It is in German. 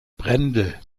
brendel